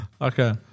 Okay